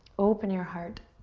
open your heart.